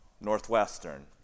Northwestern